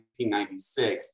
1996